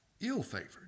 ill-favored